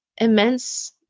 immense